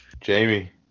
Jamie